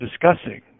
discussing